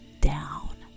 down